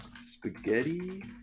Spaghetti